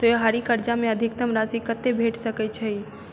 त्योहारी कर्जा मे अधिकतम राशि कत्ते भेट सकय छई?